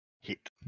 hit